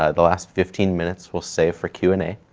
ah the last fifteen minutes we'll save for q and a.